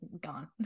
gone